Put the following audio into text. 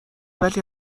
ولی